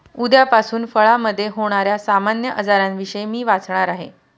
उद्यापासून फळामधे होण्याऱ्या सामान्य आजारांविषयी मी वाचणार आहे